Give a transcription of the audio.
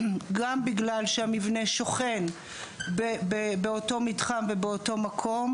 גם בגלל שהמבנה שוכן באותו מתחם ובאותו מקום,